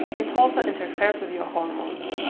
it also interferes with your hormones.